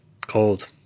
cold